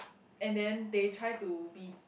and then they try to be